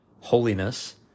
holiness